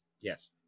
yes